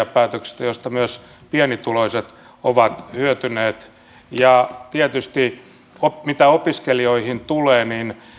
sellaisia päätöksiä joista myös pienituloiset ovat hyötyneet tietysti mitä opiskelijoihin tulee niin